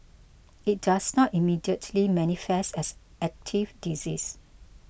it does not immediately manifest as active disease